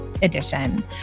edition